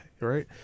Right